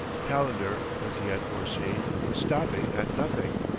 calendar, as he had foreseen, was stopping at nothing.